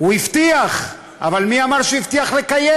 הוא הבטיח, אבל מי אמר שהבטיח לקיים.